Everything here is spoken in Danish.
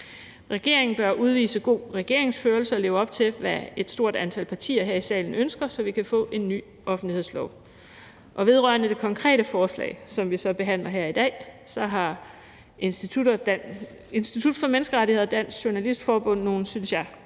Regeringen bør udvise god regeringsførelse og leve op til, hvad et stort antal partier her i salen ønsker, så vi kan få en ny offentlighedslov. Vedrørende det konkrete forslag, som vi så behandler her i dag, har Institut for Menneskerettigheder og Dansk Journalistforbund nogle, synes jeg,